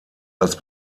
als